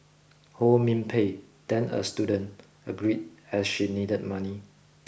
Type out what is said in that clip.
Ho Min Pei then a student agreed as she needed money